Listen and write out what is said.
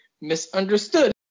misunderstood